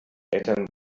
eltern